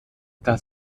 das